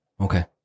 Okay